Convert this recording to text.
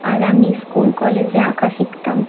আর আমি স্কুল কলেজে আঁকা শিখতাম